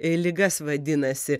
ligas vadinasi